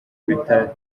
bitatu